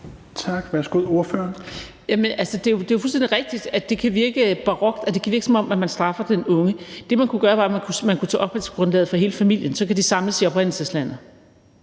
Krarup (DF): Jamen det er jo fuldstændig rigtigt, at det kan virke barokt, og som om man straffer den unge. Det, man kunne gøre, var, at man kunne tage opholdsgrundlaget fra hele familien – så kan de samles i oprindelseslandet.